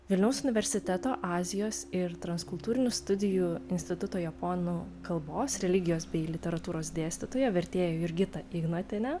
vilniaus universiteto azijos ir transkultūrinių studijų instituto japonų kalbos religijos bei literatūros dėstytoją vertėją jurgitą ignotienę